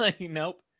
nope